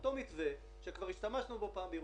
אותו מתווה שכבר השתמשנו בו פעם בירושלים.